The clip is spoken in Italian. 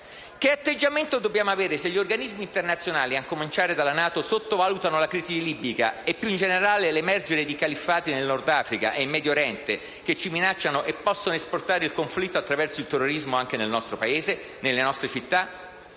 Che atteggiamento dobbiamo avere se gli organismi internazionali, a cominciare dalla NATO, sottovalutano la crisi libica e più in generale l'emergere di califfati nel Nord Africa e in Medio Oriente che ci minacciano e possono esportare il conflitto attraverso il terrorismo anche nel nostro Paese, nelle nostre città?